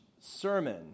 sermon